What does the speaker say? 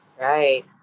Right